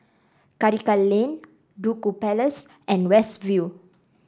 Karikal Lane Duku Place and West View